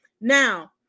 now